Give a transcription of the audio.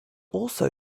also